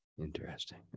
interesting